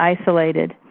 isolated